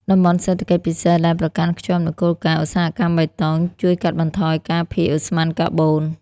តំបន់សេដ្ឋកិច្ចពិសេស ដែលប្រកាន់ខ្ជាប់នូវគោលការណ៍ "ឧស្សាហកម្មបៃតង" ជួយកាត់បន្ថយការភាយឧស្ម័នកាបូន។